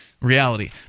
reality